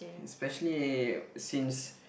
especially since